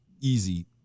easy